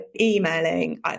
emailing